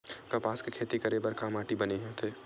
कपास के खेती करे बर का माटी बने होथे?